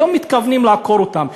היום מתכוונים לעקור אותם.